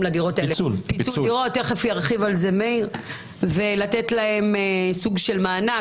לפיצול דירות ולתת להן סוג של מענק,